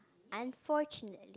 unfortunate